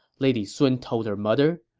lady sun told her mother.